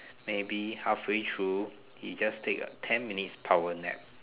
maybe halfway through he just take a ten minutes power nap